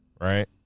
Right